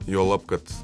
juolab kad